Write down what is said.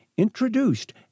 introduced